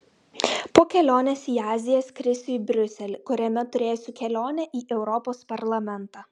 po kelionės į aziją skrisiu į briuselį kuriame turėsiu kelionę į europos parlamentą